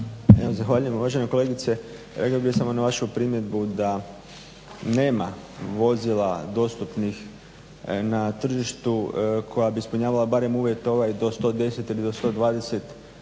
(SDP)** Uvažene kolegice rekao bih samo na vašu primjedbu da nema vozila dostupnih na tržištu koja bi ispunjavala uvjete ovaj da do 110 ili 120